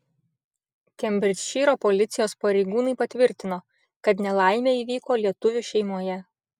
kembridžšyro policijos pareigūnai patvirtino kad nelaimė įvyko lietuvių šeimoje